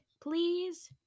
Please